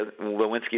Lewinsky